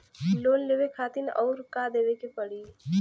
Loan लेवे खातिर अउर का देवे के पड़ी?